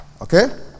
Okay